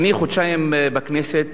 אני חודשיים בכנסת,